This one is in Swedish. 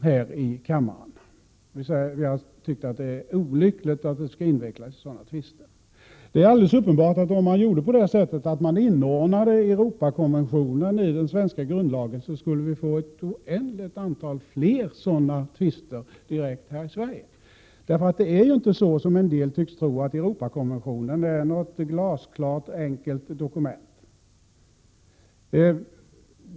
Vi har tyckt att det är olyckligt att vi skall invecklas i sådana tvister. Det är alldeles uppenbart att om man inordnade Europakonventionen i den svenska grundlagen, skulle vi direkt få ett oändligt antal fler sådana tvister här i Sverige. Det är ju inte så, som en del tycks tro, att Europakonventionen är något glasklart, enkelt dokument.